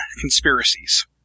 conspiracies